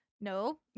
no